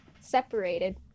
separated